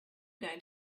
going